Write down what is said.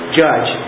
judge